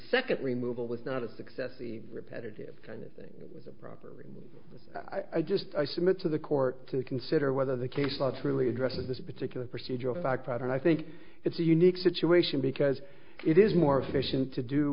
second removal was not a success the repetitive kind of thing with a properly i just i submit to the court to consider whether the case law truly addresses this particular procedural facts out and i think it's a unique situation because it is more efficient to do